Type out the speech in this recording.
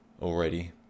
already